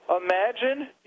Imagine